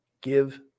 Give